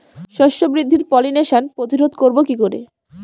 শস্য বৃদ্ধির পলিনেশান প্রতিরোধ করব কি করে?